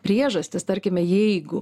priežastis tarkime jeigu